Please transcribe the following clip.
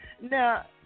Now